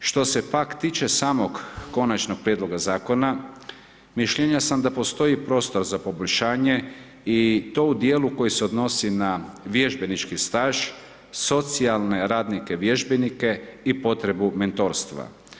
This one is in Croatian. Što se pak tiče samog konačnog prijedloga zakona, mišljenja sam da postoji prostor za poboljšanje i to u djelu koji se odnosi na vježbenički staž, socijalne radnike, vježbenike i potrebu mentorstva.